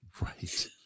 right